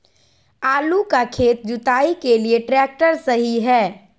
आलू का खेत जुताई के लिए ट्रैक्टर सही है?